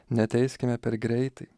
neteiskime per greitai